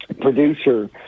producer